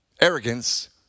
Arrogance